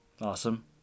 Awesome